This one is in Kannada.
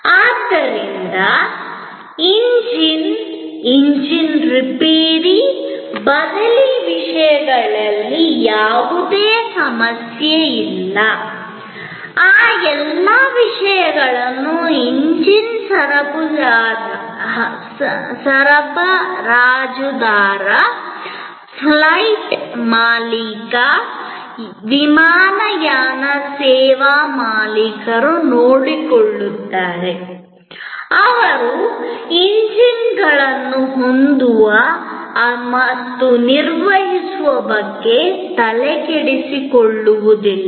ಆದ್ದರಿಂದ ಎಂಜಿನ್ ಎಂಜಿನ್ ರಿಪೇರಿ ಬದಲಿ ವಿಷಯದಲ್ಲಿ ಯಾವುದೇ ಸಮಸ್ಯೆ ಇದೆ ಆ ಎಲ್ಲ ವಿಷಯಗಳನ್ನು ಎಂಜಿನ್ ಸರಬರಾಜುದಾರ ಫ್ಲೈಟ್ ಮಾಲೀಕರು ವಿಮಾನಯಾನ ಸೇವಾ ಮಾಲೀಕರು ನೋಡಿಕೊಳ್ಳುತ್ತಾರೆ ಅವರು ಎಂಜಿನ್ಗಳನ್ನು ಹೊಂದುವ ಮತ್ತು ನಿರ್ವಹಿಸುವ ಬಗ್ಗೆ ತಲೆಕೆಡಿಸಿಕೊಳ್ಳಬೇಕಾಗಿಲ್ಲ